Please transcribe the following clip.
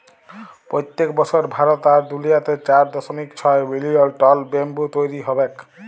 পইত্তেক বসর ভারত আর দুলিয়াতে চার দশমিক ছয় মিলিয়ল টল ব্যাম্বু তৈরি হবেক